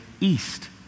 east